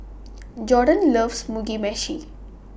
Jordon loves Mugi Meshi